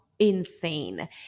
Insane